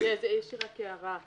יש לי הערה.